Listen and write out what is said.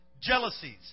jealousies